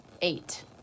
Eight